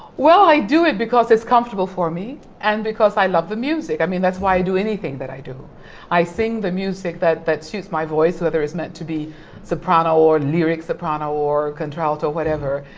well i do it because it's comfortable for me and because i love the music i mean that's why i do anything that i do i sing the music that that suits my voice whether is meant to be soprano or lyric soprano or contralto, whatever.